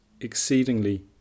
exceedingly